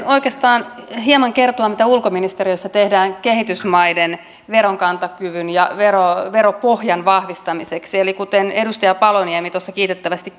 oikeastaan hieman kertoa mitä ulkoministeriössä tehdään kehitysmaiden veronkantokyvyn ja veropohjan vahvistamiseksi eli kuten edustaja paloniemi tuossa kiitettävästi